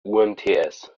umts